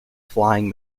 flying